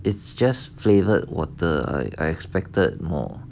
it's just flavoured water I I expected more